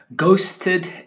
Ghosted